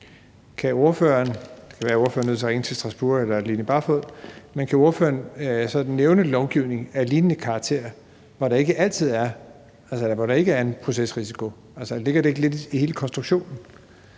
ordføreren er nødt til at ringe til Strasbourg eller Line Barfod – nævne lovgivning af lignende karakter, hvor der ikke er en procesrisiko? Altså, ligger det ikke lidt i hele konstruktionen,